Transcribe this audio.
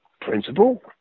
principle